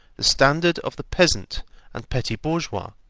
the standard of the peasant and petty bourgeois,